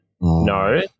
no